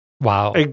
Wow